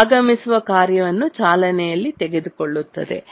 ಆಗಮಿಸುವ ಕಾರ್ಯವನ್ನು ಚಾಲನೆಯಲ್ಲಿ ತೆಗೆದುಕೊಳ್ಳುತ್ತದೆ